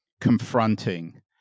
confronting